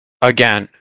again